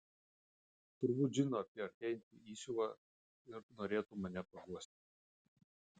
turbūt žino apie artėjantį įsiuvą ir norėtų mane paguosti